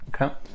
Okay